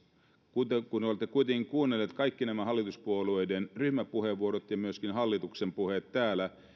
kuten te olette kuitenkin kuunnelleet kaikki nämä hallituspuolueiden ryhmäpuheenvuorot ja myöskin hallituksen puheet täällä